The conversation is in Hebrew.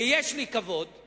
ויש לי כבוד, את